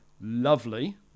Lovely